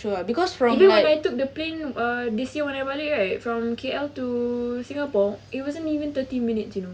even when I took the plane uh they say when I balik right from K_L to singapore it wasn't even thirty minutes you know